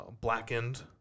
Blackened